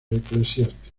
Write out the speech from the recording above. eclesiásticos